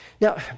Now